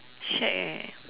shag eh